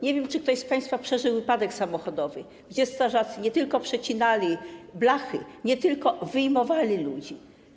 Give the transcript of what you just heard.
Nie wiem, czy ktoś z państwa przeżył wypadek samochodowy, podczas którego strażacy nie tylko przecinali blachy, nie tylko wyjmowali ludzi.